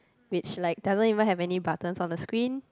which like doesn't even have any buttons on the screen